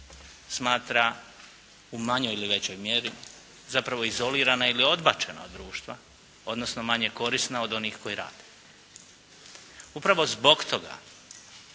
smatra u manjoj ili većoj mjeri zapravo izolirana ili odbačena od društva, odnosno manje korisna od onih koji rade. Upravo zbog toga